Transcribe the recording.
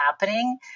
happening